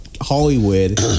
Hollywood